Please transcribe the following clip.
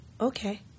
okay